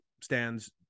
stands